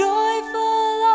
Joyful